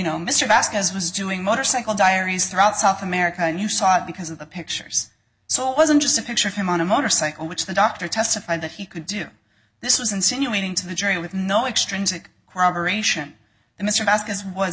know mr vasquez was doing motorcycle diaries throughout south america and you saw it because of the pictures so it wasn't just a picture of him on a motorcycle which the doctor testified that he could do this was insinuating to the jury with no extrinsic cooperation that mr haskins was